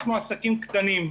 אנחנו עסקים קטנים.